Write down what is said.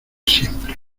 siempre